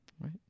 right